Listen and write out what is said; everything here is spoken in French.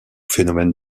phénomène